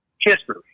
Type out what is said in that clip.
History